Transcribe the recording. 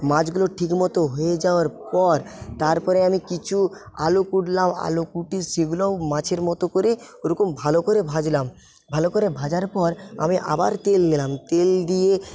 মাছগুলো ঠিক মতো হয়ে যাওয়ার পর তারপরে আমি কিছু আলু কুটলাম আলু কুটি সেগুলোও মাছের মতো করে ওরকম ভালো করে ভাজলাম ভালো করে ভাজার পর আমি আবার তেল দিলাম তেল দিয়ে